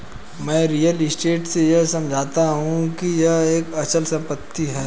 मैं real estate से यह समझता हूं कि यह एक अचल संपत्ति है